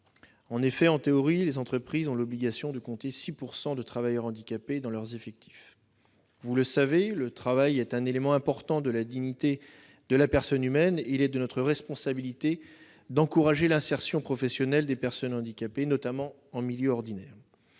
En effet, en théorie, les entreprises ont l'obligation de compter 6 % de travailleurs handicapés dans leurs effectifs. Vous le savez, le travail est un élément important de la dignité de la personne humaine, et il est de notre responsabilité d'encourager l'insertion professionnelle des personnes handicapées, notamment en milieu ordinaire.